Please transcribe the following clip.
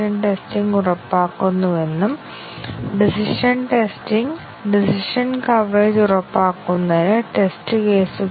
തെറ്റ് അധിഷ്ഠിത പരിശോധനയ്ക്ക് പിന്നിലെ ആശയത്തിൽ പ്രോഗ്രാമർമാർ സാധാരണയായി ചെയ്യുന്ന തെറ്റുകളുടെ തരം ഞങ്ങൾ തിരിച്ചറിയുകയും ആ തെറ്റുകൾ നിലവിലുണ്ടോ എന്ന് പരിശോധിക്കുകയും ചെയ്യുന്നു